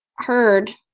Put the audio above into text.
heard